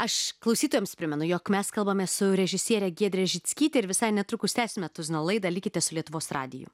aš klausytojams primenu jog mes kalbamės su režisiere giedre žickyte ir visai netrukus tęsime tuzino laidą likite su lietuvos radiju